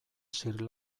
sri